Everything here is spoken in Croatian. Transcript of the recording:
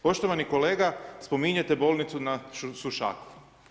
Poštovani kolega, spominjete bolnicu na Sušaku.